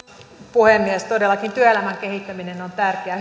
puhemies todellakin työelämän kehittäminen on tärkeää